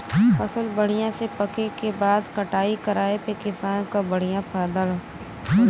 फसल बढ़िया से पके क बाद कटाई कराये पे किसान क बढ़िया फयदा होला